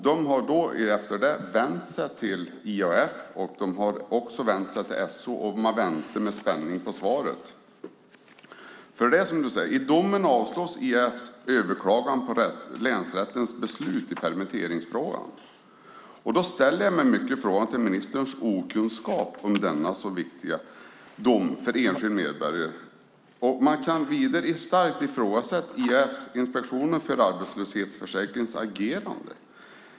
De har efter det vänt sig till IAF, och de har också vänt sig till SO, och man väntar nu med spänning på svaret. Det är som du säger att i domen avslås IAF:s överklagan på länsrättens beslut i permitteringsfrågan. Då ställer jag mig mycket frågande till ministerns okunskap om denna så viktiga dom för enskild medborgare. Man kan vidare starkt ifrågasätta Inspektionen för arbetslöshet, IAF:s, agerande.